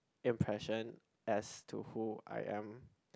impression as to who I am